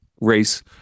race